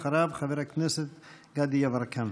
אחריו, חבר הכנסת גדי יברקן.